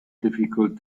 difficult